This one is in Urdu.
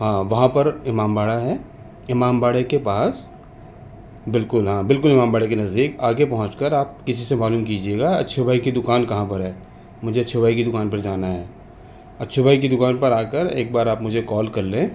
ہاں وہاں پر امام باڑا ہے امام باڑے کے پاس بالکل ہاں بالکل امام باڑے کے نزدیک آگے پہنچ کر آپ کسی سے معلوم کیجیے گا اچھو بھائی کی دکان کہاں پر ہے مجھے اچھو بھائی کی دکان پر جانا ہے اچھو بھائی کی دکان پر آ کر ایک بار آپ مجھے کال کر لیں